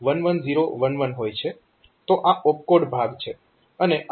તો આ ઓપ્કોડ ભાગ છે